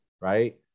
right